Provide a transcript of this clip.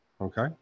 okay